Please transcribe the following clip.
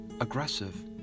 aggressive